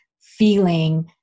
feeling